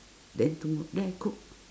then to then I cook